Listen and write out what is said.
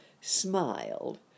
smiled